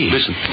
Listen